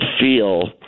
feel